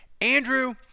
Andrew